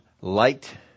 light